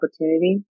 opportunity